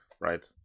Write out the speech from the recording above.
right